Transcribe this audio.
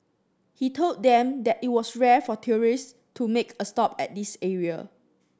he told them that it was rare for tourists to make a stop at this area